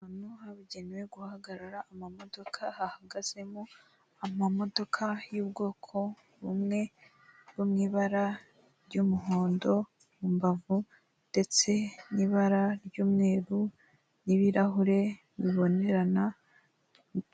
Ahantu habugenewe kuhahagarara amamodoka, hahagazemo amamodoka y'ubwoko bumwe bwo mu ibara ry'umuhondo mu mbavu ndetse n'ibara ry'umweru n'ibirahure bibonerana.